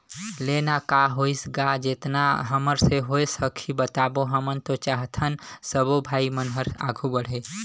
ले ना का होइस गा जेतना हमर से होय सकही बताबो हमन तो चाहथन सबो भाई मन हर आघू बढ़े